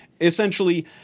essentially